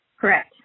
Correct